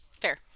fair